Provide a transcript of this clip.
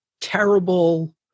terrible